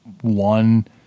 One